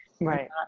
right